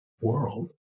world